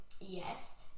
yes